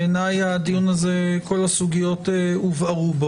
בעיני בדיון הזה כל הסוגיות הובהרו,